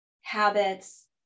habits